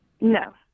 No